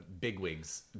bigwigs